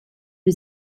who